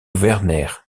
werner